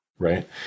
right